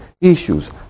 issues